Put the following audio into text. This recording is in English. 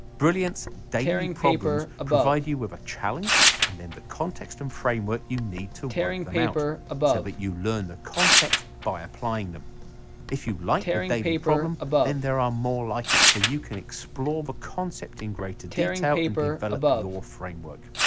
brilliant's daily problems provide you with a challenge and then the context and framework you need to work them out so that but you learn the concepts by applying them if you like the daily problem then there are more like it so you can explore the concept in greater detail and develop your framework.